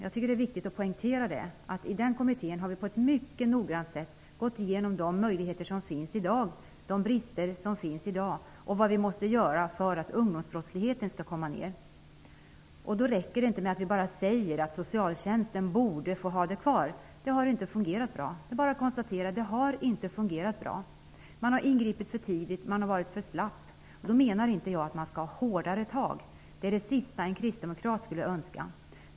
I den kommittén -- det tycker jag är viktigt att kommentera -- har vi mycket noga gått igenom de möjligheter och de brister som i dag finns och vad vi måste göra för att ungdomsbrottsligheten skall minska. Det räcker inte att bara säga att socialtjänsten borde få ha kvar sitt ansvar. Men det har inte fungerat bra. Det är bara att konstatera det. Man har ingripit för tidigt och varit för slapp. Jag menar inte att det behövs hårdare tag. Det är det sista en kristdemokrat skulle önska.